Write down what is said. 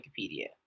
Wikipedia